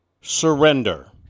surrender